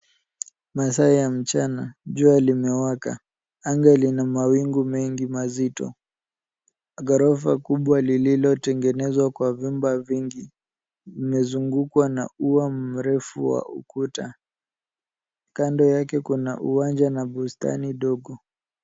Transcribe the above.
Masaa ya mchana, jua limewaka. Anga lina mawingu machache mazito. Ghorofa kubwa lililotengenezwa kwa vyumba vingi limezungukwa na ua mrefu wa ukuta. Kando yake kuna uwanja na bustani ndogo.